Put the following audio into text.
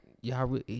y'all